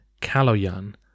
Kaloyan